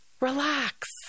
relax